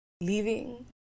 leaving